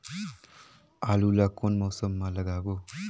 आलू ला कोन मौसम मा लगाबो?